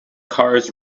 cars